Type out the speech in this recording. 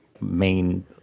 main